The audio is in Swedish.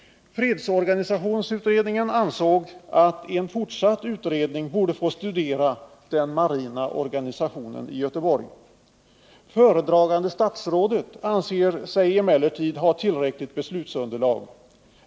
Fredsorganisationsutredningen ansåg att en fortsatt utredning borde få studera den marina organisationen i Göteborg. Föredragande statsrådet anser sig emellertid ha tillräckligt beslutsunderlag.